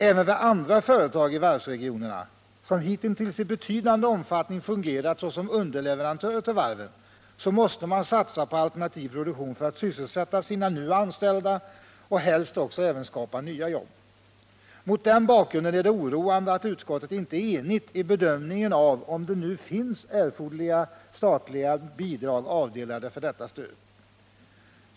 Även vid andra företag i varvsregionerna — som hitintills i betydande omfattning fungerat som underleverantörer till varven — måste man satsa på alternativ produktion för att kunna sysselsätta sina nu anställda och helst även skapa nya jobb. Mot den bakgrunden är det oroande att utskottet inte är enigt i bedömningen av om det nu finns erforderliga statliga bidrag avdelade för detta stöd.